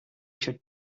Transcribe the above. should